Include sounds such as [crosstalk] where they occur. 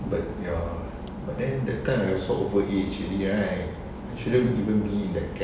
[laughs]